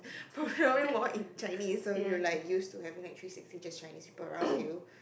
probably more in Chinese so you're like used to having like Chinese people around you